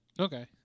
Okay